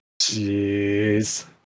Jeez